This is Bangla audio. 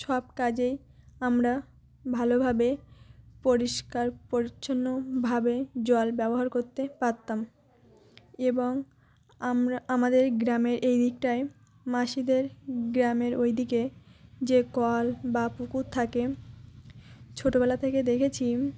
সব কাজেই আমরা ভালোভাবে পরিষ্কার পরিচ্ছন্নভাবে জল ব্যবহার করতে পারতাম এবং আমরা আমাদের গ্রামের এই দিকটায় মাসিদের গ্রামের ওই দিকে যে কল বা পুকুর থাকে ছোটোবেলা থেকে দেখেছি